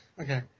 okay